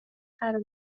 قرار